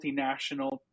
multinational